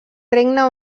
regne